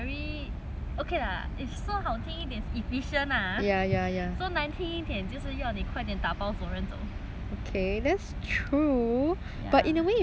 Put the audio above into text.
听一点 is efficient lah 说难听一点就是要你快点打包走人走 ya